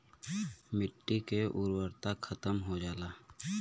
मट्टी के उर्वरता खतम हो जाला